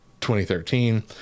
2013